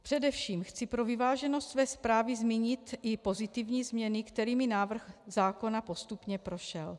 Především chci pro vyváženost své zprávy zmínit i pozitivní změny, kterými návrh zákona postupně prošel.